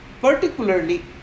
particularly